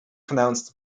pronounced